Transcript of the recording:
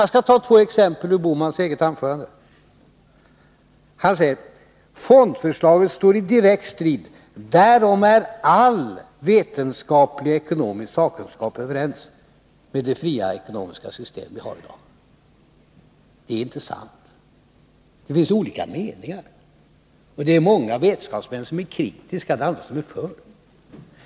Jag skall ta ett par exempel ur herr Bohmans anförande. För det första säger han: Fondförslaget står i direkt strid, därom är all vetenskaplig och ekonomisk sakkunskap överens, med det fria ekonomiska system vi har i dag. — Det är inte sant. Det finns olika meningar. Många vetenskapsmän är kritiska och andra är för förslaget.